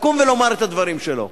לקום ולומר את הדברים שלו,